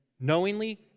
knowingly